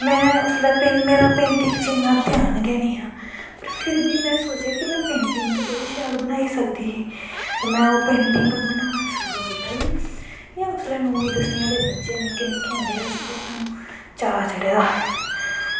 मेरा उसलै पेंटिंग च इन्नां ध्यान गै नेंई हां पर फिर बी में सोचेआ कि में पेंटिंग ते बड़ी शैल बनाई सकदी ही में ओह् पेंटिंग बनाना शुरु कीता इयां इयां उसलै नौमीं दसमीं आह्ले निक्के निक्के बच्चे होंदे हे अस ते चाऽ चढ़े दा